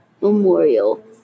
memorial